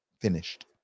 finished